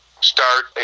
start